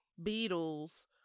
Beatles